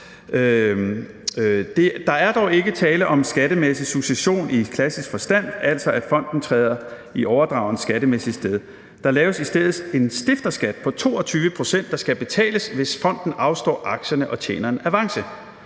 Der er dog ikke tale om skattemæssig succession i klassisk forstand, altså at fonden træder i overdragerens skattemæssige sted. Der laves i stedet en stifterskat på 22 pct., der skal betales, hvis fonden afstår aktierne og tjener en avance.